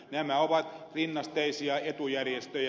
nämä ovat rinnasteisia etujärjestöjä